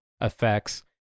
effects